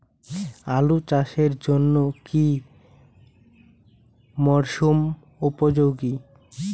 আলু চাষের জন্য কি মরসুম উপযোগী?